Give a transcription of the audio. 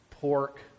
pork